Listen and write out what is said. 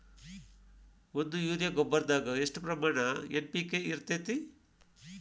ಒಂದು ಯೂರಿಯಾ ಗೊಬ್ಬರದಾಗ್ ಎಷ್ಟ ಪ್ರಮಾಣ ಎನ್.ಪಿ.ಕೆ ಇರತೇತಿ?